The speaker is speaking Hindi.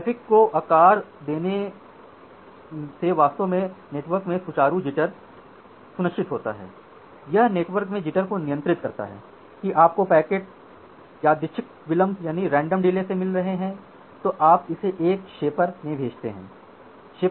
ट्रैफ़िक को आकार देने से वास्तव में नेटवर्क में सुचारू जिटर सुनिश्चित होता है यह नेटवर्क में जिटर को नियंत्रित करता है कि आपको पैकेट यादृच्छिक विलंब से मिल रहे हैं तो आप इसे एक शेपर में भेजते हैं